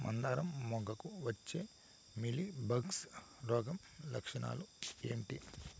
మందారం మొగ్గకు వచ్చే మీలీ బగ్స్ రోగం లక్షణాలు ఏంటి?